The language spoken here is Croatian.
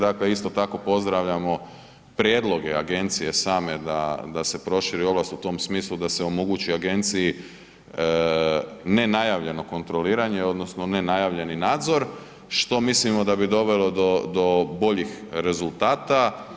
Dakle, isto tako pozdravljamo prijedloge agencije same da se proširi ovlast u tom smislu da se omogući agenciji ne najavljeno kontroliranje odnosno ne najavljeni nadzor, što mislimo da bi dovelo do boljih rezultata.